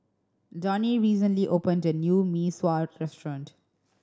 Donie recently opened a new Mee Sua restaurant